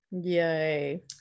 yay